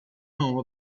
home